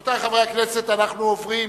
רבותי חברי הכנסת, אנחנו עוברים